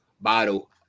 bottle